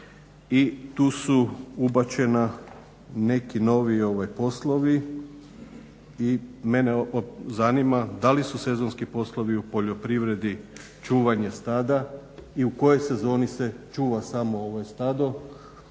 tu su ubačeni neki novi poslovi. Mene zanima da li su sezonski poslovi u poljoprivredi čuvanje stada i u kojoj sezoni se čuva samo stado